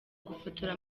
gufotora